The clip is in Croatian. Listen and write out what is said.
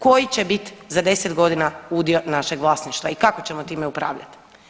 Koji će biti za 10 godina udio našeg vlasništva i kako ćemo time upravljati?